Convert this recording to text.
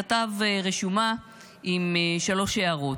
כתב רשומה עם שלוש הערות,